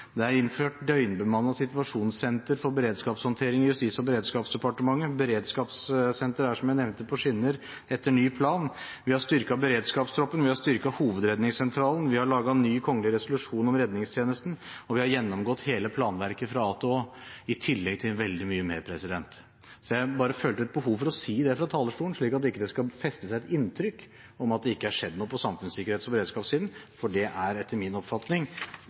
det er innført døgnbemannet situasjonssenter for beredskapshåndtering i Justis- og beredskapsdepartementet. Beredskapssenteret er, som jeg nevnte, på skinner etter ny plan, vi har styrket beredskapstroppen, vi har styrket hovedredningssentralen, vi har laget ny kongelig resolusjon om redningstjenesten, og vi har gjennomgått hele planverket fra A til Å, i tillegg til veldig mye mer. Jeg føler et behov for å si det fra talerstolen, slik at ikke det skal feste seg et inntrykk av at det ikke er skjedd noe på samfunnssikkerhets- og beredskapssiden, for det er etter min oppfatning